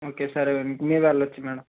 okay సరే మీరు వెళ్ళవచ్చు మ్యాడం